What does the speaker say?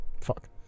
Fuck